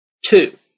Two